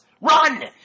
Run